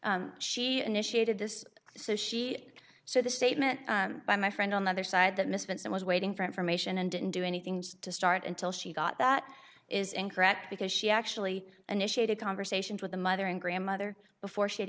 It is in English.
mother she initiated this so she so the statement by my friend on the other side that miss benson was waiting for information and didn't do anything to start until she got that is incorrect because she actually initiated conversations with the mother and grandmother before she